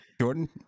Jordan